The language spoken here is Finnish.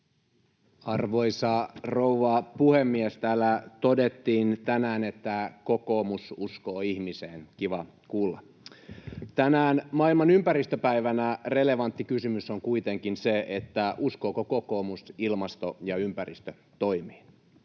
Arvoisa rouva puhemies! Täällä todettiin tänään, että kokoomus uskoo ihmiseen. Kiva kuulla. Tänään maailman ympäristöpäivänä relevantti kysymys on kuitenkin se, uskooko kokoomus ilmasto- ja ympäristötoimiin.